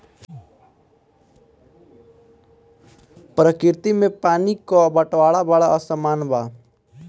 प्रकृति में पानी क बंटवारा बड़ा असमान बा